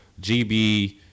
GB